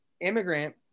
immigrant